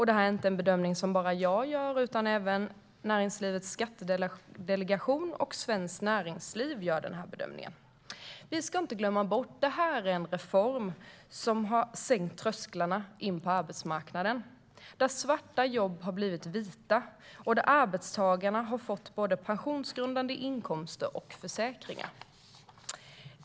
Denna bedömning är det inte bara jag som gör, utan även Näringslivets skattedelegation och Svenskt Näringsliv delar den. Vi ska inte glömma bort att denna reform har sänkt trösklarna till arbetsmarknaden, där svarta jobb har blivit vita och där arbetstagarna har fått både pensionsgrundande inkomster och försäkringar.